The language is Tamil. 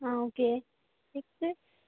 ah okay next